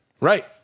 Right